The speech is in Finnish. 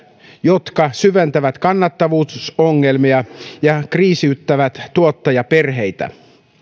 jotka syventävät kannattavuusongelmia ja kriisiyttävät tuottajaperheitä